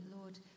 Lord